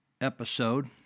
episode